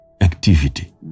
activity